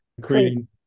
creating